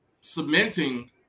cementing